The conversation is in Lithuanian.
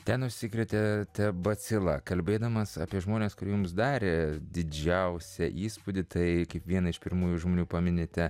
ten užsikrėtė bacila kalbėdamas apie žmones kurie jums darė didžiausią įspūdį tai kaip vieną iš pirmųjų žmonių paminite